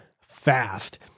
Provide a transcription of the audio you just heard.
fast